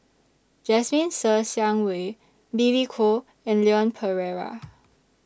Jasmine Ser Xiang Wei Billy Koh and Leon Perera